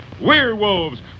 werewolves